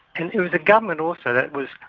and it was a government also that was,